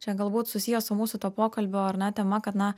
čia galbūt susiję su mūsų to pokalbio ar ne tema kad na